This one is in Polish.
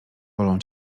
bolą